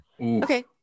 okay